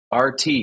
RT